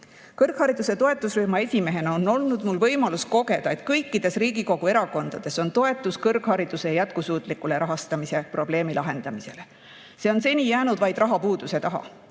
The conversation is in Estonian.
ilmne. Kõrghariduse toetusrühma esimehena on olnud mul võimalus kogeda, et kõikides Riigikogu erakondades on toetus kõrghariduse jätkusuutliku rahastamise probleemi lahendamisele. See on seni jäänud vaid rahapuuduse taha.